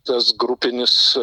tas grupinis